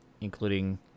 including